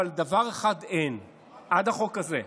אבל דבר אחד אין עד החוק הזה: